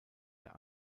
der